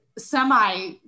semi